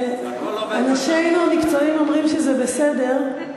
אנשינו המקצועיים אומרים שזה בסדר.